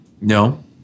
No